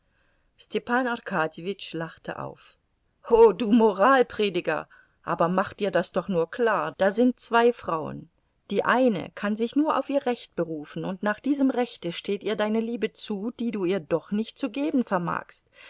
arkadjewitsch lachte auf o du moralprediger aber mach dir das doch nur klar da sind zwei frauen die eine kann sich nur auf ihr recht berufen und nach diesem rechte steht ihr deine liebe zu die du ihr doch nicht zu geben vermagst